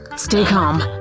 stay calm.